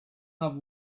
have